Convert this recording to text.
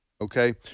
okay